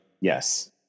Yes